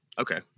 Okay